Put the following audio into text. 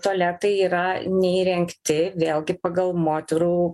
tualetai yra neįrengti vėlgi pagal moterų